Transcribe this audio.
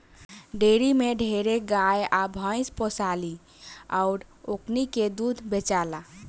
dairy में ढेरे गाय आ भइस पोसाली अउर ओकनी के दूध बेचाला